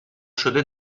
شده